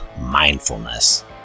mindfulness